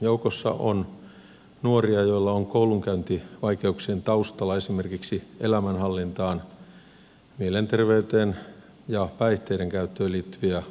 joukossa on nuoria joilla on koulunkäyntivaikeuksien taustalla esimerkiksi elämänhallintaan mielenterveyteen ja päihteidenkäyttöön liittyviä ongelmia